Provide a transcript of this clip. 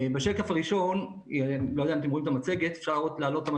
בשקף הראשון רואים את העלייה